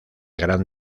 gran